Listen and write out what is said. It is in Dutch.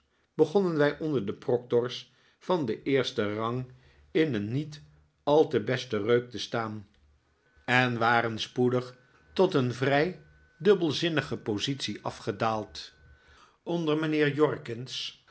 begonnen wij onder de proctors van den eersten rang in een niet al te besten reuk te staan en waren terug in canterbury spoedig tot een vrij dubbelzinnige positie afgedaald onder mijnheer jorkins